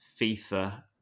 FIFA